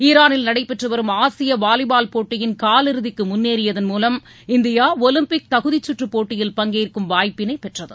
ஈரானில் நடைபெற்று வரும் ஆசிய வாலிபால் போட்டியின் காலிறுதிக்கு முன்னேறியதன் மூலம் இந்தியா ஒலிம்பிக் தகுதிச்சுற்று போட்டியில் பங்கேற்கும் வாய்ப்பினை பெற்றது